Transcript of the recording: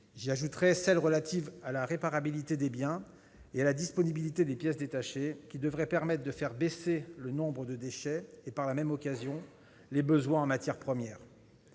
J'y ajouterai celles qui sont relatives à la réparabilité des biens et à la disponibilité des pièces détachées, qui devraient permettre de faire baisser le nombre de déchets et, par la même occasion, les besoins en matières premières.